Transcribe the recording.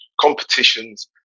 Competitions